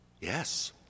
Yes